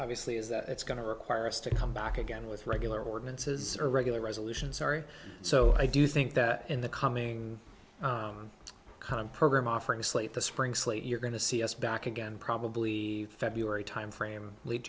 obviously is that it's going to require us to come back again with regular ordinances or regular resolution sorry so i do think that in the coming con program offering slate the spring slate you're going to see us back again probably february timeframe l